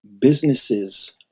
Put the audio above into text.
businesses